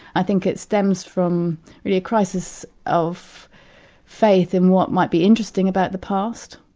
i think it stems from the crisis of faith in what might be interesting about the past,